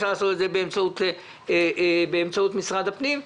אפשר לעשות את זה באמצעות משרד הפנים,